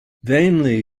vainly